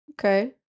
Okay